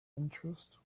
interest